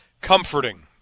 comforting